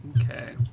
Okay